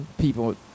people